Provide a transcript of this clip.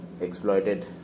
exploited